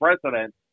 president